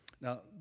Now